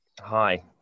Hi